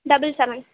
double seven